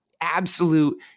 absolute